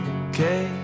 okay